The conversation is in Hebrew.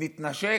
נתנשק.